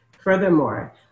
Furthermore